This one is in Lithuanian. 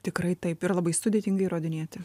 tikrai taip yra labai sudėtinga įrodinėti